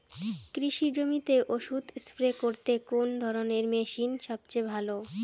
কৃষি জমিতে ওষুধ স্প্রে করতে কোন ধরণের মেশিন সবচেয়ে ভালো?